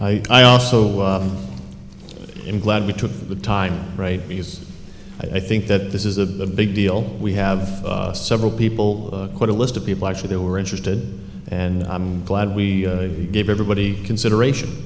the i also i'm glad we took the time right because i think that this is a big deal we have several people quite a list of people actually they were interested and i'm glad we gave everybody consideration